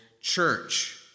church